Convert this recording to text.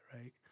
right